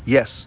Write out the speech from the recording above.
Yes